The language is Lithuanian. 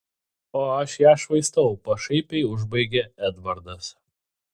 o aš ją švaistau pašaipiai užbaigė edvardas